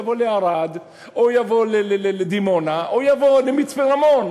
יבוא לערד או יבוא לדימונה או יבוא למצפה-רמון?